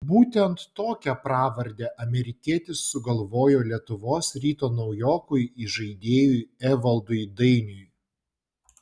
būtent tokią pravardę amerikietis sugalvojo lietuvos ryto naujokui įžaidėjui evaldui dainiui